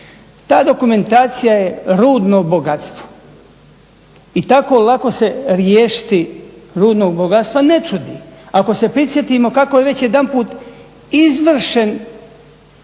Ta dokumentacija je rudno bogatstvo i tako lako se riješiti rudnog bogatstva ne čudi. Ako se prisjetimo kako je već jedanput izvršen